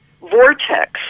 vortex